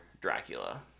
Dracula